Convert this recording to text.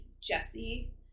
Jesse